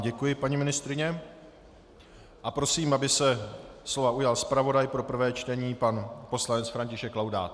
Děkuji vám, paní ministryně, a prosím, aby se slova ujal zpravodaj pro prvé čtení pan poslanec František Laudát.